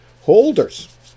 holders